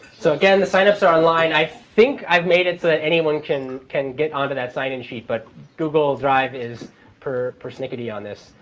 so again, the sign-ups are online. i think i've made it so that anyone can can get onto that sign in sheet. but google drive is persnickety on this.